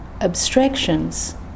abstractions